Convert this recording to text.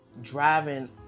driving